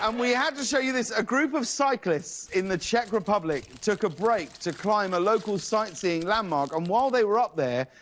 um we had to show you this. a group of cyclists in the czech republic took a break to climb a local sightseeing landmark, and while they were up there,